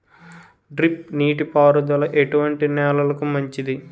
Drip నీటి పారుదల ఎటువంటి నెలలకు మంచిది?